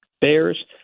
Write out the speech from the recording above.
bears